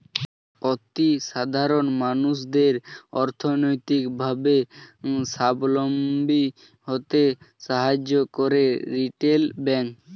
অতি সাধারণ মানুষদের অর্থনৈতিক ভাবে সাবলম্বী হতে সাহায্য করে রিটেল ব্যাংক